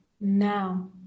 now